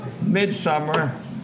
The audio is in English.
midsummer